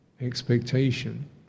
expectation